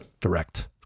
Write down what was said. direct